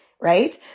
right